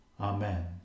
Amen